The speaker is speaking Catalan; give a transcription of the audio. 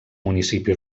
municipi